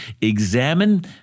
examine